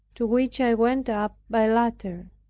to which i went up by ladder.